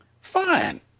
Fine